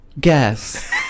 Guess